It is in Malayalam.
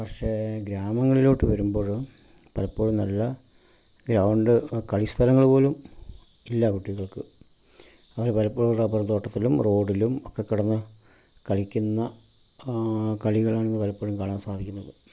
പക്ഷേ ഗ്രാമങ്ങളിലോട്ട് വരുമ്പഴ് പലപ്പോഴും നല്ല ഗ്രൗണ്ട് കളിസ്ഥലങ്ങള് പോലും ഇല്ല കുട്ടികൾക്ക് അവർ പലപ്പോഴും റബർ തോട്ടത്തിലും റോഡിലും ഒക്കെ കിടന്ന് കളിക്കുന്ന കളികളാണ് പലപ്പോഴും കാണാൻ സാധിക്കുന്നത്